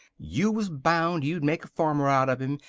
you was bound you'd make a farmer out of him,